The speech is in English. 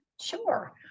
Sure